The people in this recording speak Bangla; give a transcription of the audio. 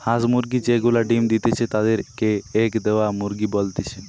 হাঁস মুরগি যে গুলা ডিম্ দিতেছে তাদির কে এগ দেওয়া মুরগি বলতিছে